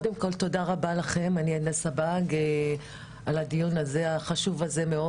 קודם כל תודה רבה לכם על הדיון הזה שהוא דיון חשוב מאוד.